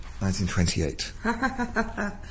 1928